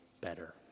better